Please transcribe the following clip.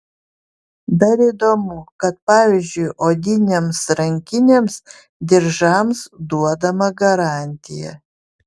dar įdomu kad pavyzdžiui odinėms rankinėms diržams duodama garantija